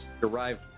derived